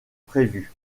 prévues